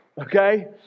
okay